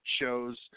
shows